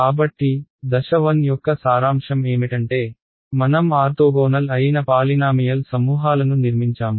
కాబట్టి దశ1 యొక్క సారాంశం ఏమిటంటే మనం ఆర్తోగోనల్ అయిన పాలినామియల్ సమూహాలను నిర్మించాము